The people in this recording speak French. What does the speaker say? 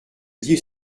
dit